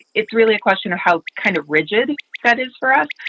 it's really a question of how kind of rigid that is for us.